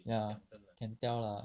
ya can tell lah